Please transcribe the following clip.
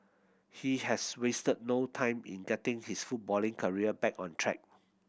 he has wasted no time in getting his footballing career back on track